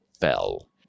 fell